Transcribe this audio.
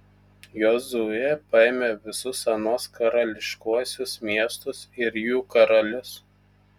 jozuė paėmė visus anuos karališkuosius miestus ir jų karalius